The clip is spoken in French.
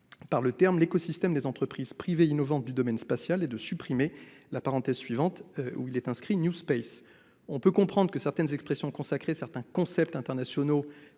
par celle à « l'écosystème des entreprises privées innovantes du domaine spatial » et de supprimer la parenthèse suivante, où est inscrite l'expression « New Space ». On peut comprendre que certaines expressions consacrées, certains concepts internationaux